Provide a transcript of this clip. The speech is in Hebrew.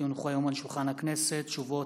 כי הונחו היום על שולחן הכנסת תשובות